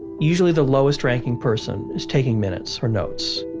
usually the lowest ranking person is taking minutes or notes.